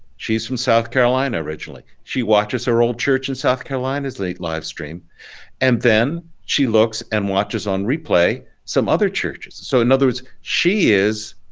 she's from south carolina originally. she watches her old church in south carolina's livestream and then she looks and watches on replay some other churches, so in other words she is